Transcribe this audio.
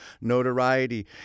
notoriety